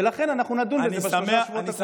ולכן אנחנו נדון בזה בשלושה החודשים הקרובים.